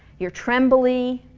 you're trembly,